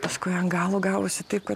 paskui ant galo gavosi taip kad